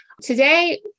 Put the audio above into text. Today